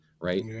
Right